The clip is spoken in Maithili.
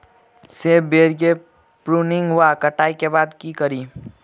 सेब बेर केँ प्रूनिंग वा कटाई केँ बाद की करि?